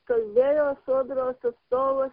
kalbėjo sodros atstovas